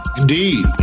Indeed